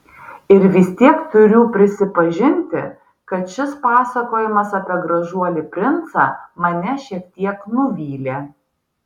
ir vis tiek turiu prisipažinti kad šis pasakojimas apie gražuolį princą mane šiek tiek nuvylė